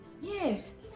Yes